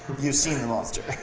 you've seen the monster.